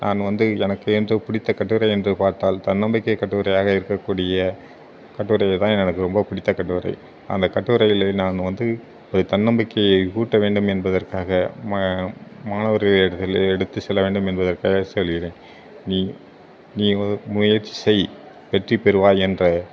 நான் வந்து எனக்கு என்று பிடித்த கட்டுரை என்று பார்த்தால் தன்னம்பிக்கை கட்டுரையாக இருக்கக்கூடிய கட்டுரைகள் தான் எனக்கு ரொம்ப புடித்த கட்டுரை அந்த கட்டுரையிலே நான் வந்து ஒரு தன்னம்பிக்கையை ஊட்ட வேண்டும் என்பதற்காக ம மாவீரர்கள் எடுத்து செல்ல வேண்டும் என்பதற்காக சொல்கிறேன் நீ நீ முயற்சி செய் வெற்றி பெறுவாய் என்ற